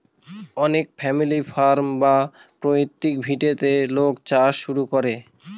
অনেক family farm বা পৈতৃক ভিটেতে লোক চাষ শুরু করে